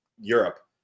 Europe